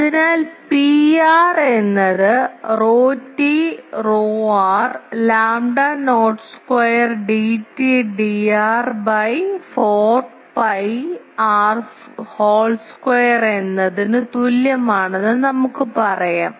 അതിനാൽ Pr എന്നത് ρt ρr lambda not square Dt Dr by 4 pi R whole square എന്നതിന് തുല്യമാണെന്ന് നമുക്ക് പറയാം